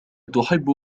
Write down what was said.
تحب